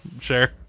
sure